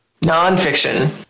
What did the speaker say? nonfiction